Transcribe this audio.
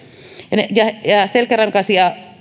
ja selkärankaisia